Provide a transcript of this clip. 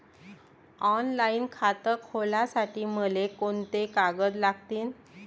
Online खातं खोलासाठी मले कोंते कागद लागतील?